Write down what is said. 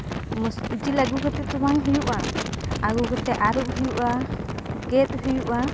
ᱢᱚᱥ ᱡᱤᱞ ᱟᱹᱜᱩ ᱠᱟᱛᱮᱜ ᱛᱚ ᱵᱟᱝ ᱦᱩᱭᱩᱜᱼᱟ ᱟᱹᱜᱩ ᱠᱟᱛᱮᱜ ᱟᱹᱨᱩᱵ ᱦᱩᱭᱩᱜᱼᱟ ᱜᱮᱫ ᱦᱩᱭᱩᱜᱼᱟ